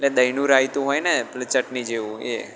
એટલે દહીંનું રાયતું હોય ને પેલી ચટણી જેવું એ